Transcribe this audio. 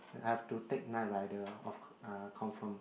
I've to take night rider ah confirm